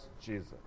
Jesus